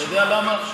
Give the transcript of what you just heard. אתה יודע למה?